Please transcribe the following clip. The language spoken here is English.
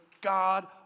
God